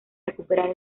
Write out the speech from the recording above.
recuperar